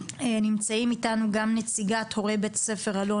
נמצאים איתנו גם נציגת הורי בית ספר אלון,